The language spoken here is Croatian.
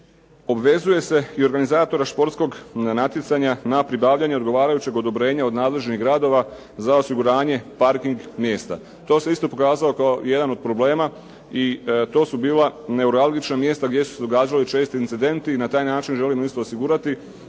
Obvezuje se i organizatora športskog natjecanja na pribavljanju odgovarajućeg odobrenja od nadležnih gradova za osiguranje parking mjesta. To se isto pokazalo kao jedan od problema i to su bila neuralgična mjesta gdje su se događali česti incidenti i na taj način želimo osigurati